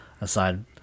Aside